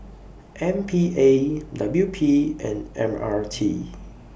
M P A W P and M R T